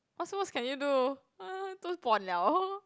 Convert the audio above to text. what's worse can you do 都 pon [liao]